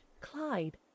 Clyde